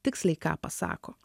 tiksliai ką pasako